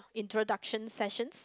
introduction sessions